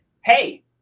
hey